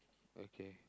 okay